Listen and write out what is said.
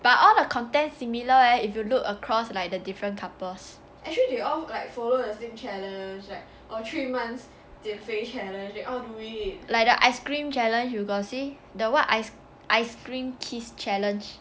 but all the content similar leh if you look across like the different couples like the ice cream challenge you got see the what ice ice cream kiss challenge